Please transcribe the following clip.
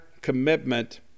commitment